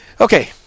Okay